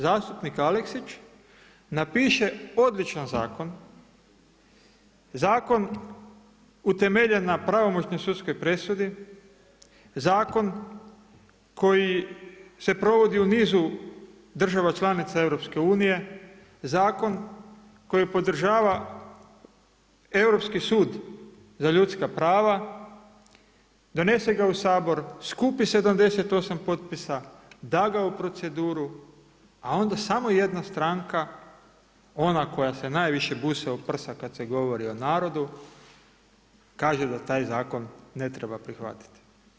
Zastupnik Aleksić napiše odličan zakon, zakon utemeljen na pravomoćnoj sudskoj presudi, zakon koji se provodi u nizu država članica Europske unije, zakon koji podržava Europski sud za ljudska prava donese ga u Sabor, skupi 78 potpisa, da ga u proceduru a onda samo jedna stranka, ona koja se najviše busa u prsa kada se govori o narodu kaže da taj zakon ne treba prihvatiti.